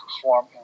perform